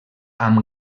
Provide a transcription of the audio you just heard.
amb